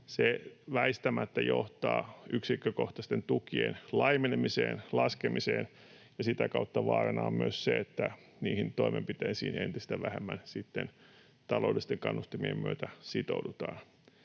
se väistämättä johtaa yksikkökohtaisten tukien laimenemiseen, laskemiseen, ja sitä kautta vaarana on myös se, että niihin toimenpiteisiin entistä vähemmän sitten taloudellisten kannustimien myötä sitoudutaan.